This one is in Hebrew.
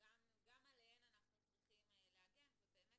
שגם עליהן אנחנו צריכים להגן ובאמת